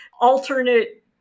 alternate